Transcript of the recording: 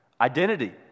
identity